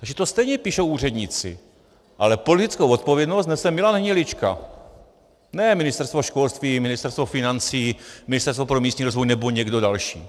Takže to stejně píšou úředníci, ale politickou odpovědnost nese Milan Hnilička, ne Ministerstvo školství, Ministerstvo financí, Ministerstvo pro místní rozvoj nebo někdo další.